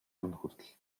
хүртэл